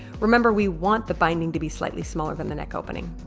remember we want the binding to be slightly smaller than the neck opening